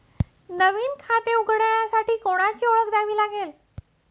नवीन खाते उघडण्यासाठी कोणाची ओळख द्यावी लागेल का?